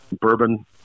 bourbon